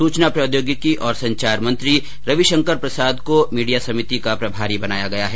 सूचना प्रौद्योगिकी और संचार मंत्री रविशंकर प्रसाद को मीडिया समिति का प्रभारी बनाया गया है